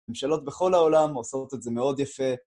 ממשלות בכל העולם עושות את זה מאוד יפה,